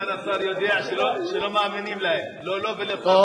סגן השר יודע שלא מאמינים להם, לא לו ולא לשר.